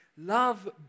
Love